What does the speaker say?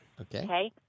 okay